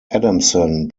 adamson